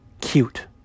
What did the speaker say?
Cute